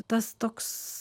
tas toks